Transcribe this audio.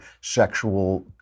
sexual